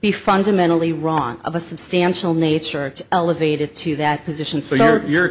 be fundamentally wrong of a substantial nature elevated to that position so you